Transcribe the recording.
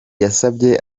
yasabye